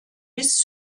bis